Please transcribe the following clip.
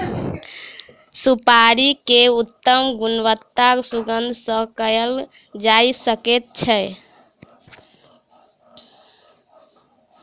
सुपाड़ी के उत्तम गुणवत्ता सुगंध सॅ कयल जा सकै छै